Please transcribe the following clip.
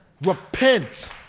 Repent